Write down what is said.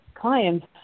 clients